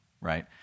right